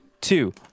Two